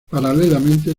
paralelamente